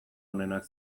onenak